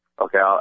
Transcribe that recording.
okay